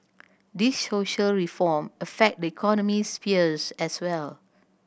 these social reform affect the economic spheres as well